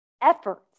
efforts